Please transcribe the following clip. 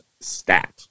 stat